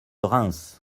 reims